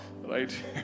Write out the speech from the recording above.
right